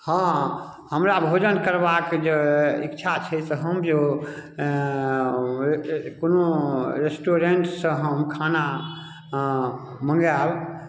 हँ हमरा भोजन करबाक जे इच्छा छै से हम जे कोनो रेस्टोरेंटसँ हम खाना मङ्गायब